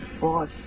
Boss